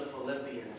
Philippians